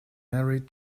married